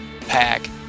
Pack